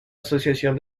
asociación